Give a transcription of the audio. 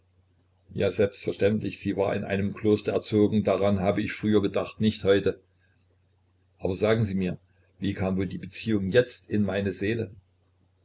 ja selbstverständlich sie war in einem kloster erzogen daran habe ich früher gedacht nicht heute aber sagen sie mir wie kam wohl die beziehung jetzt in meine seele